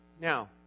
Now